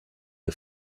the